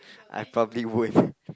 I probably would